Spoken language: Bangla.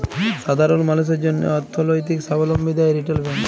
সাধারল মালুসের জ্যনহে অথ্থলৈতিক সাবলম্বী দেয় রিটেল ব্যাংক